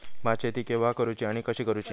भात शेती केवा करूची आणि कशी करुची?